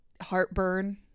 heartburn